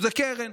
זו קרן.